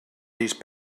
these